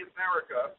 America